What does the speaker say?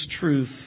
truth